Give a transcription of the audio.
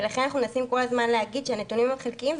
לכן אנחנו מנסים כל הזמן להגיד שהנתונים הם חלקיים,